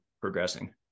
progressing